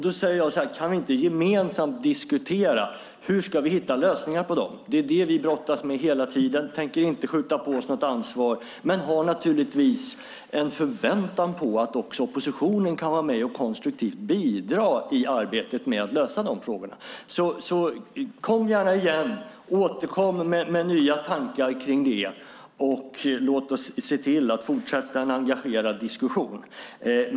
Då säger jag: Kan vi inte gemensamt diskutera hur vi ska hitta lösningar på dem? Det är ju det vi brottas med hela tiden. Vi tänker inte skjuta på er något ansvar men har naturligtvis en förväntan på att också oppositionen kan vara med och konstruktivt bidra i arbetet med att lösa de frågorna. Återkom gärna med nya tankar kring det och låt oss se till att fortsätta en engagerad diskussion!